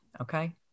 Okay